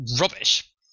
rubbish